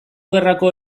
gerrako